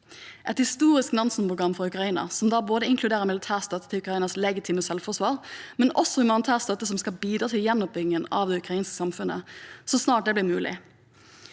et historisk Nansen-program for Ukraina, som inkluderer både militær støtte til Ukrainas legitime selvforsvar og humanitær støtte som skal bidra til gjenoppbyggingen av det ukrainske samfunnet, så snart det blir mulig.